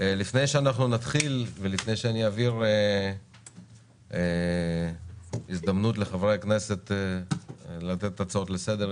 לפני שאנחנו נתחיל ואני אתן הזדמנות לחברי הכנסת לתת הצעות לסדר,